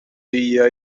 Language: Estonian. viia